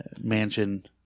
mansion